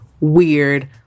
weird